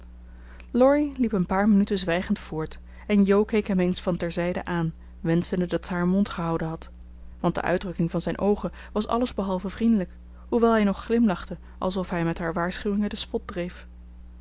liep een paar minuten zwijgend voort en jo keek hem eens van ter zijde aan wenschende dat ze haar mond gehouden had want de uitdrukking van zijn oogen was alles behalve vriendelijk hoewel hij nog glimlachte alsof hij met haar waarschuwingen den spot dreef